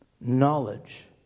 knowledge